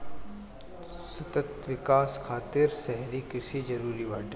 सतत विकास खातिर शहरी कृषि जरूरी बाटे